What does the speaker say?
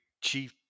Chief